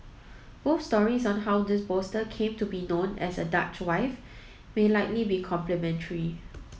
both stories on how this bolster came to be known as a Dutch wife may likely be complementary